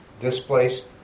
displaced